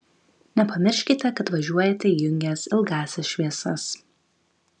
nepamirškite kad važiuojate įjungęs ilgąsias šviesas